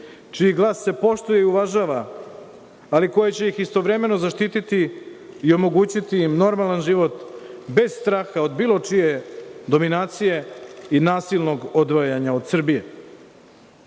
čiji glas se poštuje, uvažava, ali koji će ih istovremeno zaštititi i omogućiti im normalan život, bez straha od bilo čije dominacije i nasilnog odvajanja od Srbije. Na